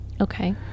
Okay